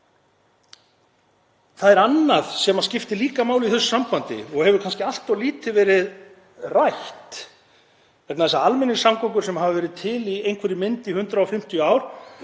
Það er annað sem skiptir líka máli í þessu sambandi og hefur kannski allt of lítið verið rætt vegna þess að almenningssamgöngur sem hafa verið til í einhverri mynd í 150 ár